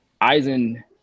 Eisen